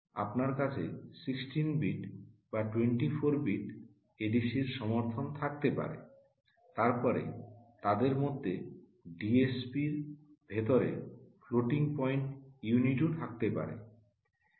আপনার কাছে 16 বিট বা 24 বিট এডিসির সমর্থন থাকতে পারে তারপরে তাদের মধ্যে ডিএসপি এর ভিতরে ফ্লোটিং পয়েন্ট ইউনিটও থাকতে পারে